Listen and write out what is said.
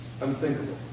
unthinkable